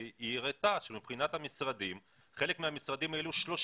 היא הראתה שמבחינת המשרדים חלק מהמשרדים העלו 30